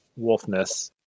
wolfness